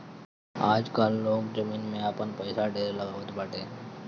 आजकाल लोग जमीन में आपन पईसा ढेर लगावत बाटे